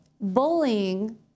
bullying